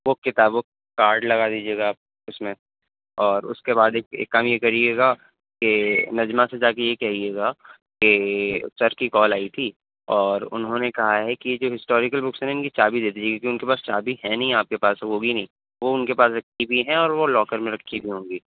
وہ کتابوں کارڈ لگا دیجیے گا آپ اس میں اور اس کے بعد ایک ایک کام یہ کریے گا کہ نجمہ سے جا کے یہ کہہیے گا کہ سر کی کال آئی تھی اور انہوں نے کہا ہے کہ جو ہاسٹور یکل بکس ہیں نے ان کی چابی دے دیجیے کیونکہ ان کے پاس چابی ہیں نہیں آپ کے پاس وہ بھی نہیں وہ ان کے پاس رکھی بھی ہیں اور وہ لاکر میں رکھی بھی ہوں گی